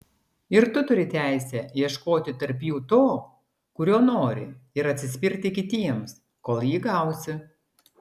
ir tu turi teisę ieškoti tarp jų to kurio nori ir atsispirti kitiems kol jį gausi